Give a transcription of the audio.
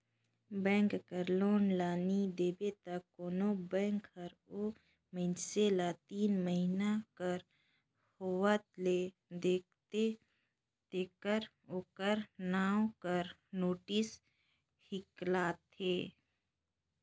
bank कर loan ल नी देबे त कोनो बेंक हर ओ मइनसे ल तीन महिना कर होवत ले देखथे तेकर ओकर नांव कर नोटिस हिंकालथे